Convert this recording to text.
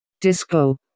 Disco